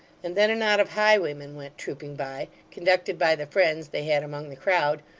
and then a knot of highwaymen went trooping by, conducted by the friends they had among the crowd,